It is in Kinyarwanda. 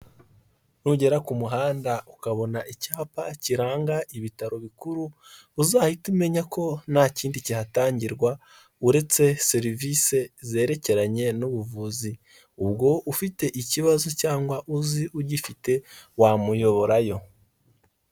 Nugera ku muhanda ukabona icyapa kiranga ibitaro bikuru uzahite umenya ko ntakindi kihatangirwa uretse serivisi zerekeranye n'ubuvuzi. Ubwo ufite ikibazo cyangwa uzi ugifite wamuyoborayo.